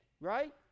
right